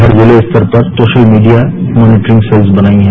हर ज़िले स्तर पर सोशल मीडिया मॉनीटरिंग सेल बनाई है